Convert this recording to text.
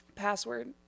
Password